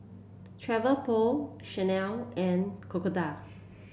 Travelpro Chanel and Crocodile